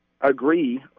agree –